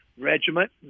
regiment